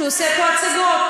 שהוא עושה פה הצגות.